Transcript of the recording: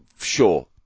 sure